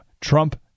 Trump